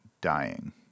dying